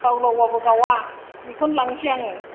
लाव लावब्लाबो गावआ बेखौनो लांनोसै आङो